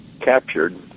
captured